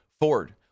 Ford